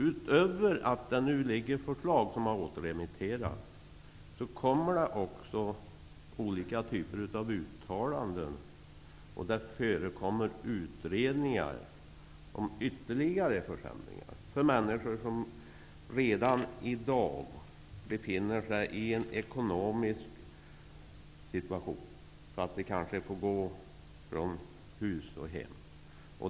Utöver de förslag som nu har återremitterats kommer det olika typer av uttalanden. Det förekommer utredningar om ytterligare försämringar för människor som redan i dag befinner sig i en ekonomisk situation som innebär att de kanske får gå från hus och hem.